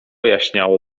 jaśniało